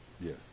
Yes